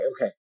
okay